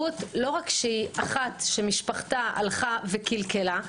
רות היא לא רק אחת שמשפחתה הלכה וקלקלה.